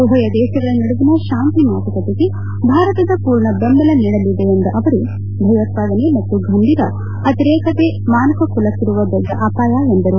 ಉಭಯ ದೇಶಗಳ ನಡುವಿನ ಶಾಂತಿ ಮಾತುಕತೆಗೆ ಭಾರತದ ಪೂರ್ಣ ಬೆಂಬಲ ನೀಡಲಿದೆ ಎಂದ ಅವರು ಭಯೋತ್ವಾದನೆ ಮತ್ತು ಗಂಭೀರ ಅತಿರೇಕತೆ ಮಾನುಕುಲಕ್ಕಿರುವ ದೊಡ್ಡ ಅಪಾಯ ಎಂದರು